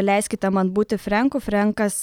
leiskite man būti frenku frenkas